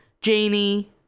Janie